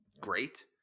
great